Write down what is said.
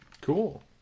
Cool